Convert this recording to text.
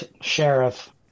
sheriff